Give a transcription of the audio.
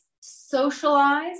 socialize